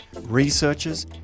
researchers